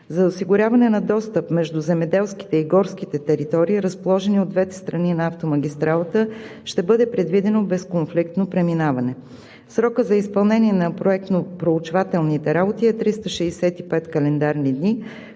За осигуряване на достъп между земеделските и горските територии, разположени от двете страни на автомагистралата, ще бъде предвидено безконфликтно преминаване. Срокът за изпълнение на проектно проучвателните работи е 365 календарни дни,